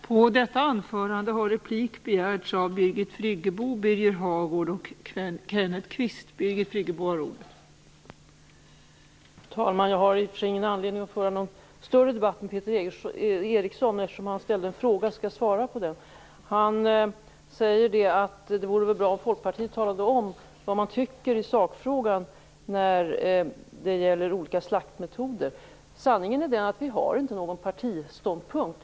Fru talman! Jag har i och för sig ingen anledning att föra någon större debatt med Peter Eriksson, men eftersom han ställde en fråga skall jag svar på den. Han säger att det vore bra om Folkpartiet talade om vad man tycker i sakfrågan när det gäller olika slaktmetoder. Sanningen är den att vi inte har någon partiståndpunkt.